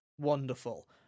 Wonderful